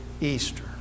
Easter